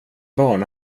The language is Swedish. barn